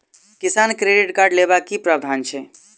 किसान credit card लेबाक की प्रावधान छै?